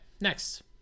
Next